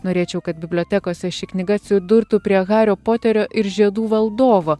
norėčiau kad bibliotekose ši knyga atsidurtų prie hario poterio ir žiedų valdovo